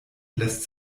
lässt